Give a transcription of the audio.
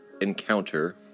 encounter